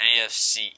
AFC